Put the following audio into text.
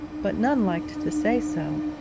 but none liked to say so,